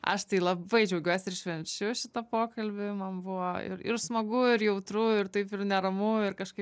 aš tai labai džiaugiuosi ir švenčiu šitą pokalbį man buvo ir ir smagu ir jautru ir taip ir neramu ir kažkaip